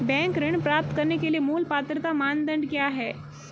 Bank ऋण प्राप्त करने के लिए मूल पात्रता मानदंड क्या हैं?